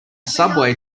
subway